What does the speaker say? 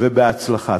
בהצלחה.